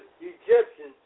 Egyptians